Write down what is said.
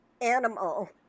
animal